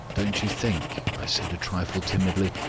don't you think, i said a trifle timidly,